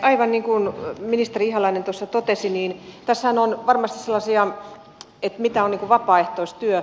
aivan niin kuin ministeri ihalainen tuossa totesi niin tässähän on varmasti sellaisia kysymyksiä mitä on vapaaehtoistyö